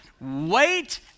wait